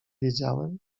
wiedziałem